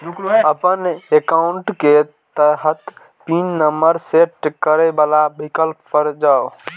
अपन एकाउंट के तहत पिन नंबर सेट करै बला विकल्प पर जाउ